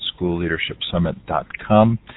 schoolleadershipsummit.com